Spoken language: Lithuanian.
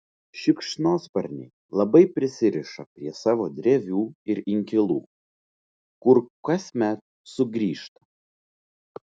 šikšnosparniai labai prisiriša prie savo drevių ir inkilų kur kasmet sugrįžta